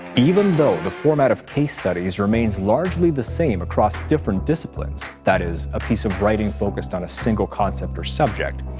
even though the format of case studies remains largely the same across different disciplines that is, a piece of writing focused on a single concept or subject,